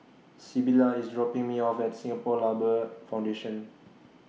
Sybilla IS dropping Me off At Singapore Labour Foundation